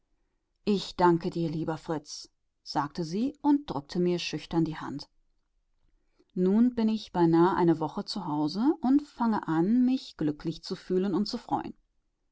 ich danke dir lieber fritz sagte sie und drückte mir schüchtern die hand nun bin ich beinahe eine woche zu hause und fange an mich glücklich zu fühlen und zu freuen